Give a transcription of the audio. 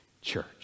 church